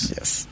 Yes